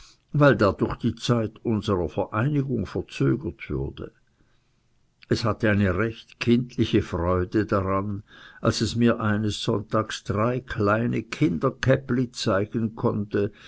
weil dadurch die zeit unserer vereinigung verzögert würde es hatte eine recht kindliche freude daran als es mir eines sonntags drei kleine kinderkäppli zeigen konnte